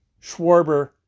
Schwarber